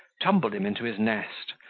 tumbled him into his nest,